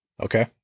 Okay